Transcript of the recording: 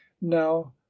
now